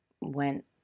went